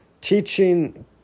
teaching